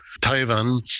Taiwan